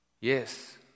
Yes